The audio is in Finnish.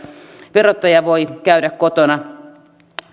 verottaja voi käydä kotona